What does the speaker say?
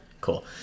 Cool